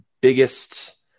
biggest